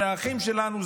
אלה האחים שלנו,